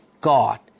God